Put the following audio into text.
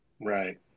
Right